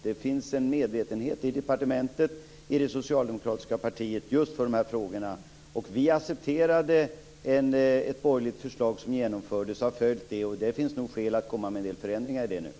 Det finns en medvetenhet i departementet och i det socialdemokratiska partiet i just dessa frågor. Vi accepterade och har följt ett borgerligt förslag. Det har genomförts, men det finns nog skäl att nu göra en del förändringar i detta.